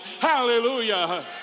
Hallelujah